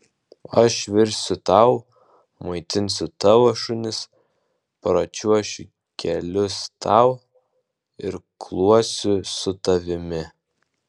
aš virsiu tau maitinsiu tavo šunis pračiuošiu kelius tau irkluosiu su tavimi